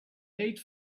eight